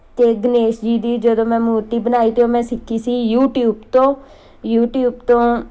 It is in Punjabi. ਅਤੇ ਗਨੇਸ਼ ਜੀ ਦੀ ਜਦੋਂ ਮੈਂ ਮੂਰਤੀ ਬਣਾਈ ਅਤੇ ਉਹ ਮੈਂ ਸਿੱਖੀ ਸੀ ਯੂਟੀਊਬ ਤੋਂ ਯੂਟੀਊਬ ਤੋਂ